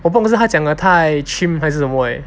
我不懂是他讲个太 chim 还是什么 leh